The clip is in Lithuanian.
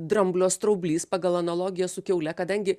dramblio straublys pagal analogiją su kiaule kadangi